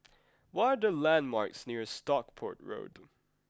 what are the landmarks near Stockport Road